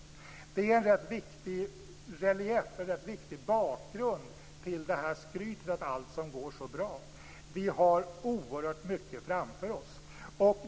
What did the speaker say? Det är en rätt viktig bakgrund till skrytet om att allt går så bra. Vi har oerhört mycket framför oss.